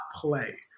play